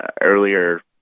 earlier